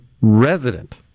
resident